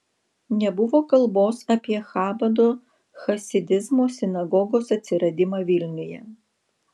nebuvo kalbos apie chabado chasidizmo sinagogos atsiradimą vilniuje